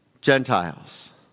Gentiles